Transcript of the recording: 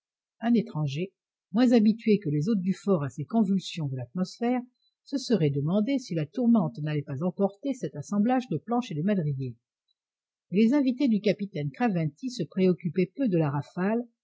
un étranger moins habitué que les hôtes du fort à ces convulsions de l'atmosphère se serait demandé si la tourmente n'allait pas emporter cet assemblage de planches et de madriers mais les invités du capitaine craventy se préoccupaient peu de la rafale